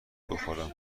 بخورم